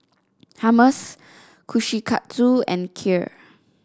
Hummus Kushikatsu and Kheer